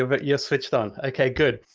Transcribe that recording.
ah but you're switched on. okay, good.